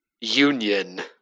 union